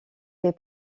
les